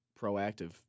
proactive